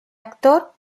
actor